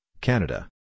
Canada